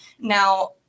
Now